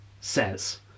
says